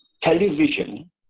television